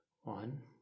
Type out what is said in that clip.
one